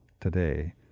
today